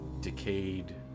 decayed